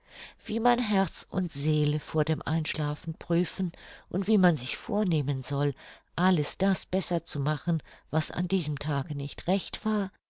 wie man herz und seele vor dem einschlafen prüfen und wie man sich vornehmen soll alles das besser zu machen was an diesem tage nicht recht war